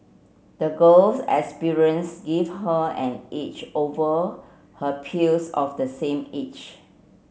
the girl's experience gave her an edge over her peers of the same age